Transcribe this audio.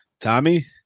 Tommy